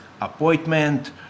appointment